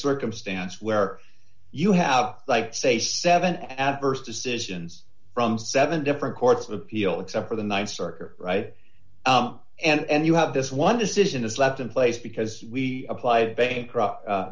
circumstance where you have like say seven adverse decisions from seven different courts of appeal except for the th circuit right and you have this one decision is left in place because we applied a